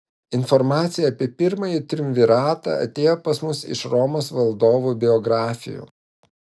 informacija apie pirmąjį triumviratą atėjo pas mus iš romos valdovų biografijų